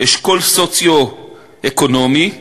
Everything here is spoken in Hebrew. אשכול סוציו-אקונומי,